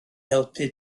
helpu